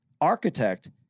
architect